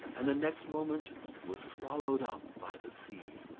and the next moment were swallowed up by the sea.